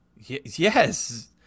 Yes